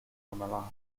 ramallah